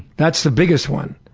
that's the biggest one.